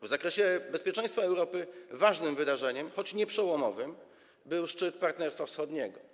W zakresie bezpieczeństwa Europy ważnym wydarzeniem, choć nie przełomowym, był szczyt Partnerstwa Wschodniego.